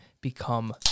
become